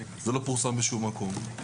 זה לא פורסם בשום מקום.